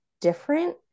different